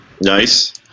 Nice